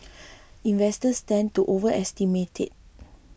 investors tend to overestimate it